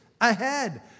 ahead